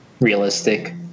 realistic